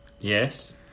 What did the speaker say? Yes